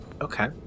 Okay